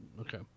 Okay